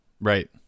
right